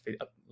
up